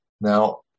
Now